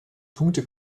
punkte